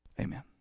Amen